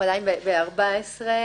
ועדת המכרזים.